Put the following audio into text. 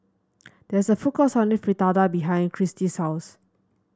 there is a food court selling Fritada behind Christy's house